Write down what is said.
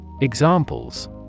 Examples